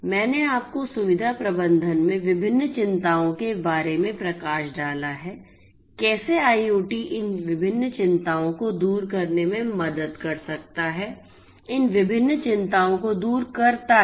मैंने आपको सुविधा प्रबंधन में विभिन्न चिंताओं के बारे में प्रकाश डाला है कैसे IoT इन विभिन्न चिंताओं को दूर करने में मदद कर सकता है इन विभिन्न चिंताओं को दूर करता है